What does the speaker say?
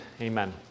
Amen